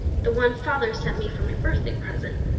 the one father sent me for my birthday present.